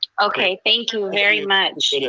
okay, thank you very much.